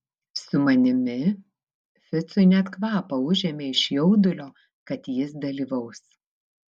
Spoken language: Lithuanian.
su manimi ficui net kvapą užėmė iš jaudulio kad jis dalyvaus